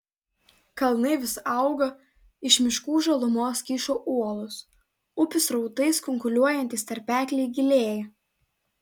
kalnai vis auga iš miškų žalumos kyšo uolos upių srautais kunkuliuojantys tarpekliai gilėja